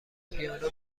پیانو